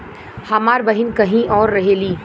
हमार बहिन कहीं और रहेली